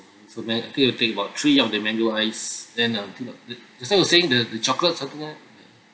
so then I think I'll take about three of the mango ice then um three the the just now you were saying about the the chocolate something like that